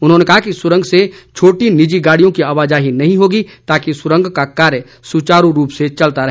उन्होंने कहा कि सुरंग से छोटी निजी गाड़ियों की आवाजाही नहीं होगी ताकि सुरंग का कार्य सुचारू रूप से चलता रहे